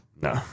No